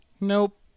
Nope